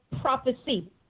prophecy